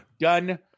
Done